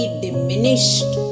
diminished